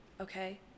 okay